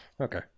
Okay